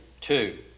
two